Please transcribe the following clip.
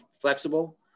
flexible